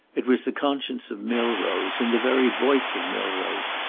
it was the conscience of milrose in the very voice of milrose,